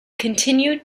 continued